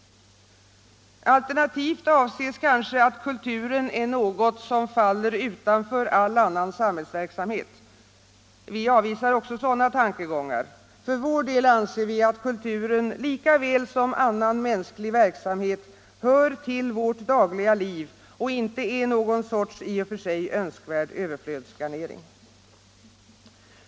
Alternativt avses kanske att kulturen är något som faller utanför all annan samhällsverksamhet. Vi avvisar också sådana tankegångar — vi anser att kulturen lika väl som annan mänsklig verksamhet hör till vårt dagliga liv och inte är någon sorts i och för sig önskvärd överflödsgarnering.